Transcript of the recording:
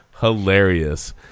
hilarious